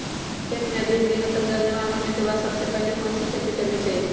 खेत में अधिक दिनों तक जल जमाओ होने के बाद सबसे पहली कौन सी खेती करनी चाहिए?